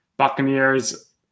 Buccaneers